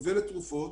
עשרות אלפים,